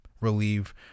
relieve